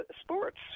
sports